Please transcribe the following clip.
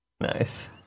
Nice